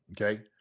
okay